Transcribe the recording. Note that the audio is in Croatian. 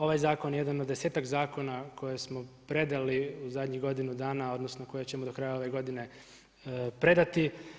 Ovaj zakon je jedan od desetak zakona koje smo predali u zadnjih godinu dana, odnosno koje ćemo do kraja ove godine predati.